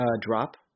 drop